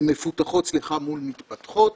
מפותחות מול מתפתחות.